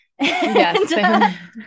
Yes